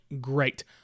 great